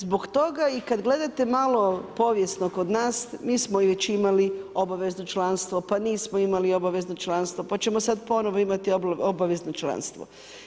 Zbog toga i kad gledate malo povijesno kod nas, mi smo već imali obavezno članstvo pa nismo imali obavezno članstvo pa ćemo sad ponovo imati obavezno članstvo.